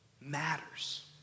matters